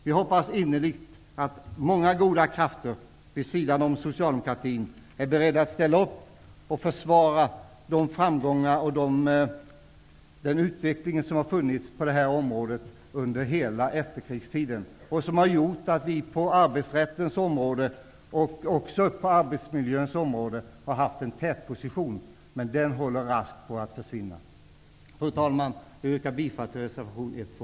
Jag hoppas innerligt att många goda krafter vid sidan om socialdemokratin är beredd att ställa upp och försvara de framgångar och den utveckling som har skett på detta område under hela efterkrigstiden och som har gjort att vi på arbetsrättens område och arbetsmiljöns område har intagit en tätposition, men den håller raskt på att försvinna. Fru talman! Jag yrkar bifall till reservationerna 1, 2